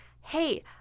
hey